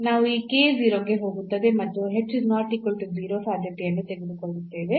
ನಾವು ಈ ಮತ್ತು ಸಾಧ್ಯತೆಯನ್ನು ತೆಗೆದುಕೊಳ್ಳುತ್ತೇವೆ